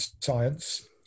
science